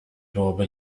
byłoby